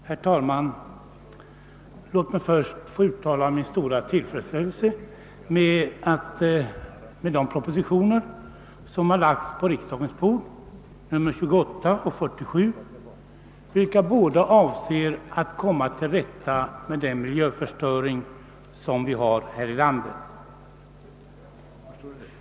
Herr talman! Låt mig först uttala min stora tillfredsställelse med de båda propositioner, nr 28 och nr 47, som har lagts på riksdagens bord och som båda syftar till att komma till rätta med den miljöförstöring som pågår här i landet.